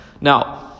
Now